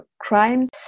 crimes